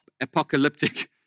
apocalyptic